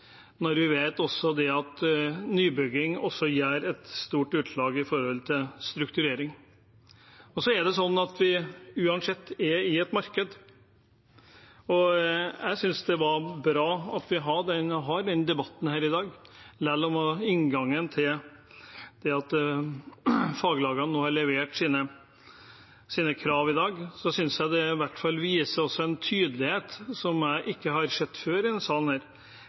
også vet at nybygging gir et stort utslag med hensyn til strukturering? Vi er uansett i et marked, og jeg synes det er bra at vi har denne debatten i dag. Selv om inngangen til det er at faglagene nå har levert sine krav i dag, synes jeg det i hvert fall vises en tydelighet jeg ikke har sett før i denne salen her,